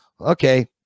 Okay